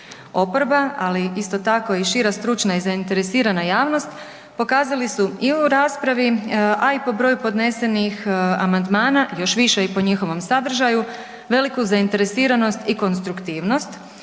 Oporba ali isto tako i šira stručna i zainteresirana javnost pokazali su i u raspravi, a i po broju podnesenih amandmana još više i po njihovom sadržaju veliku zainteresiranost i konstruktivnost,